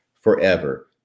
forever